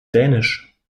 dänisch